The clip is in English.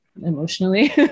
emotionally